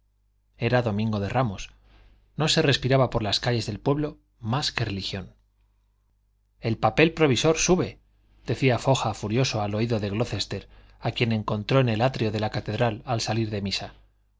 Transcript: era domingo de ramos no se respiraba por las calles del pueblo más que religión el papel provisor sube decía foja furioso al oído de glocester a quien encontró en el atrio de la catedral al salir de misa